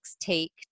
take